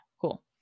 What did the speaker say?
cool